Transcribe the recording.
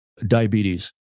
diabetes